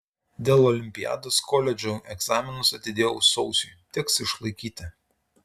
dėl olimpiados koledžo egzaminus atidėjau sausiui teks išlaikyti